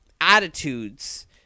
attitudes